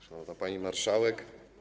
Szanowna Pani Marszałek!